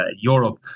Europe